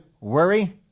worry